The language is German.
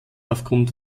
aufgrund